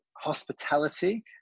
hospitality